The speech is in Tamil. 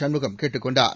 சண்முகம் கேட்டுக் கொண்டார்